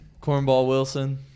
Cornball-Wilson